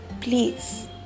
Please